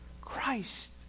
Christ